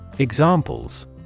Examples